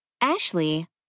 Ashley